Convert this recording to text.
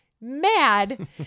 mad